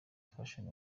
fashion